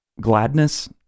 gladness